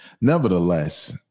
nevertheless